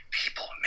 people